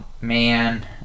man